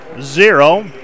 zero